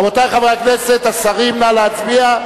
רבותי חברי הכנסת, השרים, נא להצביע.